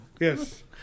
Yes